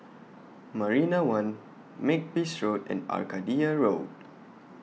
Marina one Makepeace Road and Arcadia Road